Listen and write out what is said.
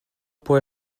può